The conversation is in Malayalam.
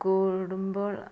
കൂടുമ്പോൾ